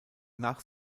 nach